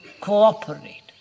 cooperate